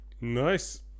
Nice